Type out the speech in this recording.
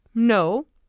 no,